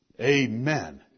Amen